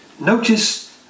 Notice